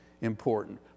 important